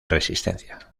resistencia